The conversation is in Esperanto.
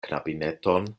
knabineton